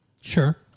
Sure